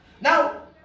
Now